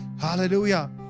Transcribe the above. hallelujah